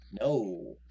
No